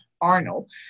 Arnold